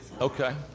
Okay